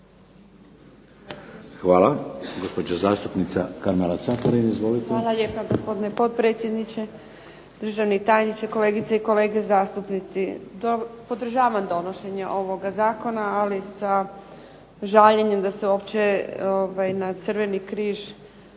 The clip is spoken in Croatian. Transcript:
(HDZ)** Hvala. Gospođa zastupnica Karmela Caparin. Izvolite. **Caparin, Karmela (HDZ)** Hvala lijepa gospodine potpredsjedniče, državni tajniče, kolegice i kolege zastupnici. To, podržavam donošenje ovoga zakona, ali sa žaljenjem da se uopće na Crveni križ,